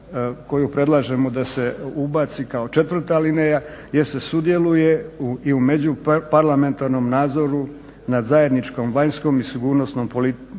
koju predlažemo da se ubaci kao četvrta alineja, jest da sudjeluje i u međuparlamentarnom nadzoru nad zajedničkom vanjskom i sigurnosnom politikom